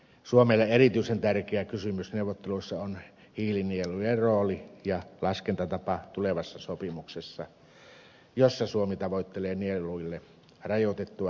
suomelle erityisen tärkeä kysymys neuvotteluissa on hiilinielujen rooli ja laskentatapa tulevassa sopimuksessa jossa suomi tavoittelee nieluille rajoitettua roolia